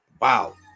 Wow